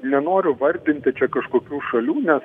nenoriu vardinti čia kažkokių šalių nes